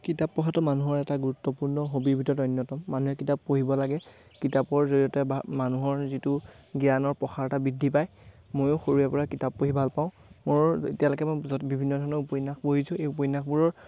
কিতাপ পঢ়াটো মানুহৰ এটা গুৰুত্বপূৰ্ণ হবি ভিতৰত অন্যতম মানুহে কিতাপ পঢ়িব লাগে কিতাপৰ জৰিয়তে মানুহৰ যিটো জ্ঞানৰ প্ৰসাৰতা বৃদ্ধি পায় ময়ো সৰুৰে পৰা কিতাপ পঢ়ি ভাল পাওঁ মোৰ এতিয়ালৈকে মই বিভিন্ন ধৰণৰ উপন্যাস পঢ়িছোঁ এই উপন্যাসবোৰৰ